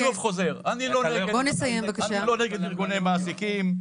אני שוב חוזר: אני לא נגד ארגוני מעסיקים,